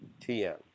TM